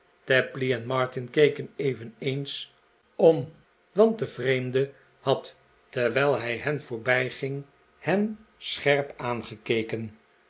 tapley en martin keken eveneens om want de vreemde had terwijl hij hen voorbijging hen scherp aangekeken